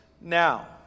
now